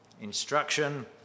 instruction